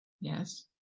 Yes